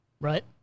Right